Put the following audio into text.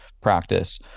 practice